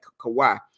Kawhi